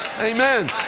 amen